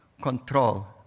control